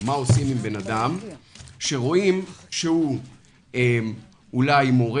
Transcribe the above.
מה עושים עם אדם שרואים שהוא אולי מורה